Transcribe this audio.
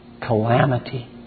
calamity